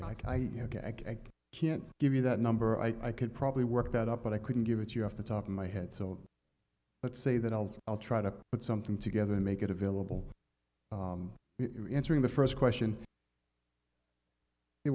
and i can't give you that number i could probably work that up but i couldn't give it to you off the top of my head so let's say that i'll i'll try to put something together and make it available entering the first question the